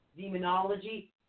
Demonology